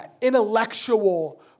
intellectual